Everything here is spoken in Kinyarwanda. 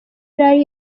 yari